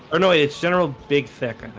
i know it's general big thick